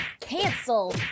cancel